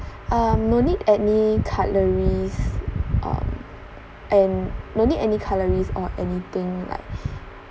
um no need any cutleries um and no need any cutleries or anything like